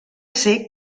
ser